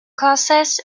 closes